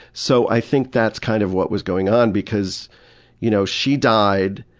so i think that's kind of what was going on, because you know she died,